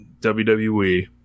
WWE